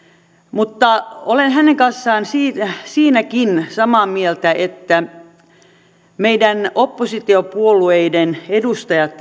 mutta olen hänen kanssaan siinäkin samaa mieltä että oppositiopuolueiden edustajat